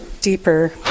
deeper